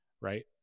right